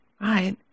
Right